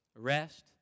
arrest